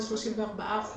זה 34%,